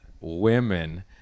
women